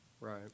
Right